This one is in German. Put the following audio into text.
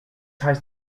heißt